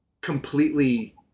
completely